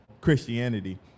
Christianity